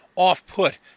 off-put